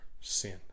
sin